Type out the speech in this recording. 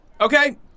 Okay